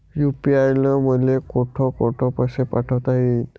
UPI न मले कोठ कोठ पैसे पाठवता येईन?